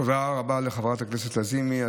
תודה רבה לחברת הכנסת לזימי.